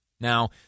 Now